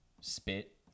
spit